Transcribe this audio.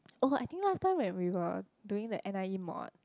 oh I think last time when we were doing the n_i_e mod